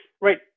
right